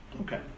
Okay